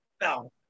No